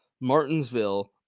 Martinsville